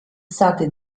state